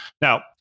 Now